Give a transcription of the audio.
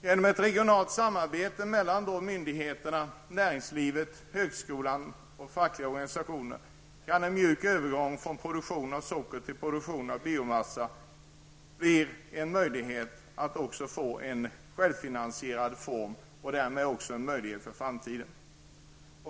Med hjälp av ett regionalt samarbete mellan myndigheterna, näringslivet, högskolan och fackliga organisationer kan en mjuk övergång från produktion av socker till produktion av biomassa också ge en möjlighet att övergå till en självfinansierad alternativform och därmed ge en öppning för framtiden.